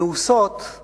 מאוסות